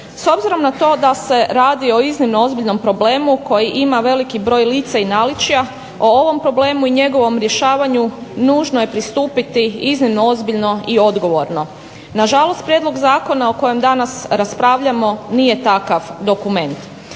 S obzirom na to da se radi o iznimno ozbiljnom problemu koji ima veliki broj lica i naličja o ovom problemu i njegovom rješavanju nužno je pristupiti iznimno ozbiljno i odgovorno. Nažalost prijedlog zakona o kojem danas raspravljamo nije takav dokumenta.